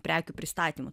prekių pristatymu